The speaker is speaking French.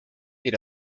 est